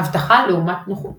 אבטחה לעומת נוחות